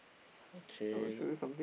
okay